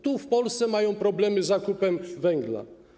Tu, w Polsce, mają problemy z zakupem węgla.